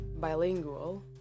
bilingual